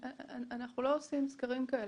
אנחנו לא עושים סקרים כאלה.